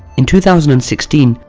in two thousand and sixteen,